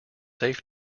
safe